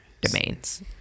domains